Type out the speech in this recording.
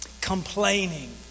Complaining